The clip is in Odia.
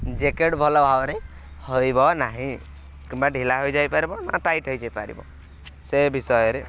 ଜ୍ୟାକେଟ୍ ଭଲ ଭାବରେ ହୋଇବ ନାହିଁ କିମ୍ବା ଢିଲା ହୋଇଯାଇପାରିବ ନା ଟାଇଟ୍ ହେଇଯାଇପାରିବ ସେ ବିଷୟରେ